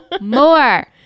more